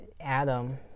adam